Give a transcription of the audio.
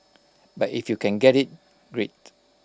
but if you can get IT great